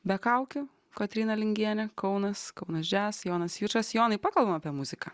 be kaukių kotryna lingienė kaunas kaunas džias jonas jučas jonai pakalbam apie muziką